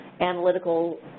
analytical